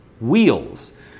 wheels